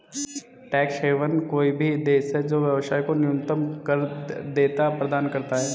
tax haven कोई भी देश है जो व्यवसाय को न्यूनतम कर देयता प्रदान करता है